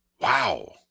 Wow